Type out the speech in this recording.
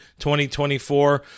2024